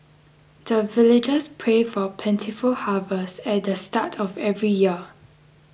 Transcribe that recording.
the villagers pray for plentiful harvest at the start of every year